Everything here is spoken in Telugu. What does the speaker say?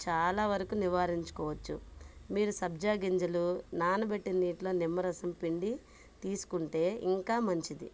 చాలా వరకు నివారించుకోవచ్చు మీరు సబ్జాగింజలు నానబెట్టింది ఇట్ల నిమ్మరసం పిండి తీసుకుంటే ఇంకా మంచిది